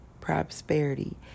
prosperity